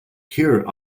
cure